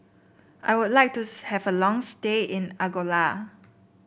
I would like to have a long stay in Angola